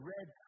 Red